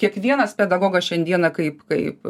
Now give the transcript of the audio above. kiekvienas pedagogas šiandieną kaip kaip